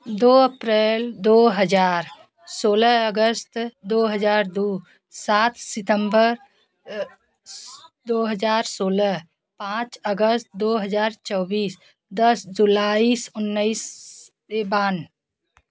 दो अप्रैल दो हज़ार सोलह अगस्त दो हज़ार दो सात सितम्बर दो हज़ार सोलह पाँच अगस्त दो हज़ार चौबीस दस जुलाई उन्नीस बे बान